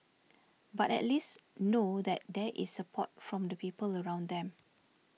but at least know that there is support from the people around them